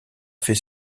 fait